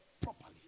properly